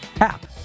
app